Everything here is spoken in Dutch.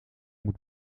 moet